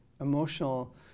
emotional